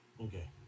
Okay